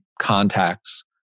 contacts